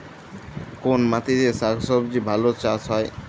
কোন মাটিতে শাকসবজী ভালো চাষ হয়?